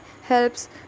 helps